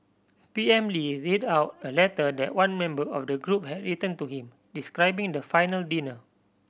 P M Lee read out a letter that one member of the group had written to him describing the final dinner